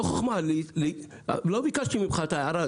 לא ביקשתי ממך את ההערה,